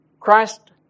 Christ